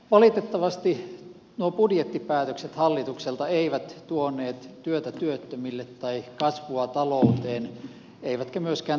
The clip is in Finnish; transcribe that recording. valitettavasti nuo budjettipäätökset hallitukselta eivät tuoneet työtä työttömille tai kasvua talouteen eivätkä myöskään toivoa yrittäjille